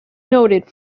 noted